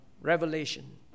Revelation